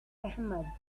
ahmed